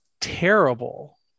terrible